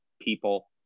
people